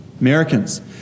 Americans